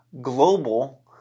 global